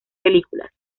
películas